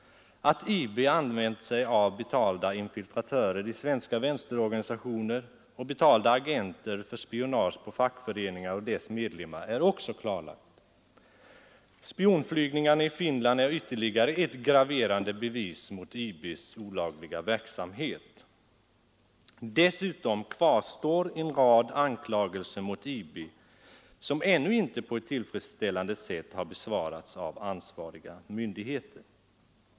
Att IB använt sig av betalda infiltratörer i svenska vänsterorganisationer och betalda agenter för spionage på fackföreningar och deras medlemmar är också klarlagt. Spionflygningar i Finland är ytterligare ett graverande bevis på IB:s olagliga verksamhet. Dessutom kvarstår en rad anklagelser mot IB, som ännu inte på ett tillfredsställande sätt har besvarats av ansvariga myndigheter.